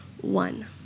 One